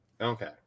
Okay